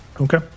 Okay